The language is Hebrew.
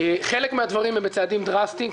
חלק מהדברים הם בצעדים דרסטיים,